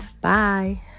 Bye